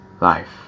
life